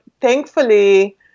thankfully